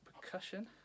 percussion